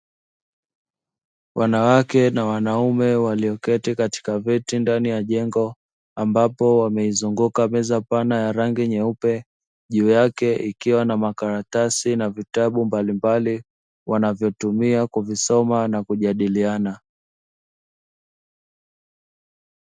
Wanawake na wanaume walioketi katika viti ndani ya jengo, ambapo wameizunguka meza pana ya rangi nyeupe, juu yake ikiwa na makaratasi na vitabu mbalimbali wanavyotumia kuvisoma na kujadiliana.